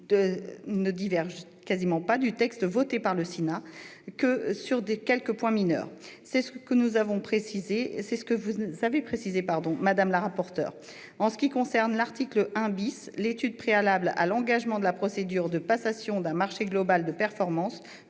ne diverge du texte établi par le Sénat que sur quelques points mineurs, comme vous nous l'avez précisé, madame la rapporteure. En ce qui concerne l'article 1 , l'étude préalable à l'engagement de la procédure de passation d'un marché global de performance